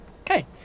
Okay